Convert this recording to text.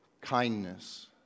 kindness